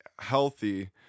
healthy